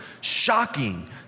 shocking